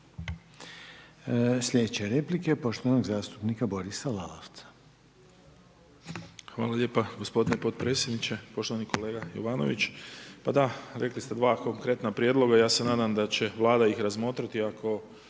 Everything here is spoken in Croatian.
Sljedeća replika je poštovano zastupnika Borisa Lalovca. **Lalovac, Boris (SDP)** Hvala lijepa gospodine potpredsjedniče, poštovani kolega Jovanović. Pa da, rekli ste dva konkretna prijedloga. Ja se nadam da će Vlada ih razmotriti ako